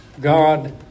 God